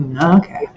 okay